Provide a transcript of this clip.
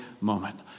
moment